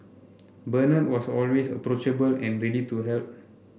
Bernard was always approachable and ready to help